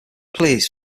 please